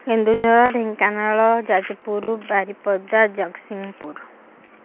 Keonjhar Dhenkanal Jajpur Baripada Jagatsinghpur